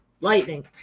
lightning